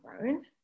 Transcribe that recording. grown